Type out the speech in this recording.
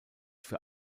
für